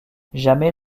jamais